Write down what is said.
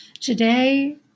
Today